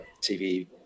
TV